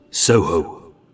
Soho